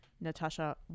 Natasha